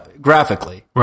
graphically